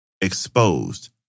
exposed